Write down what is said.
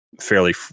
fairly